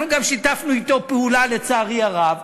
אנחנו, אגב, שיתפנו אתו פעולה, לצערי הרב.